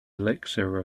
elixir